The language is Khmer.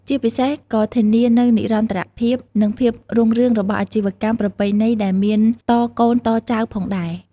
ជាពិសេស ក៏ធានានូវនិរន្តរភាព និងភាពរុងរឿងរបស់អាជីវកម្មប្រពៃណីដែលមានតកូនតចៅផងដែរ។